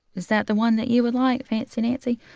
is that the one that you would like, fancy nancy?